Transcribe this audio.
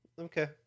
Okay